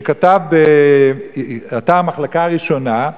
שכתב באתר "מחלקה ראשונה"